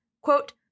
Quote